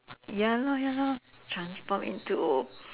ya lor ya lor transform into